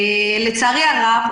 לצערי הרב,